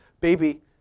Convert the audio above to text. baby